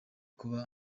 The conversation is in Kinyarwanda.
kuba